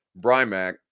Brymac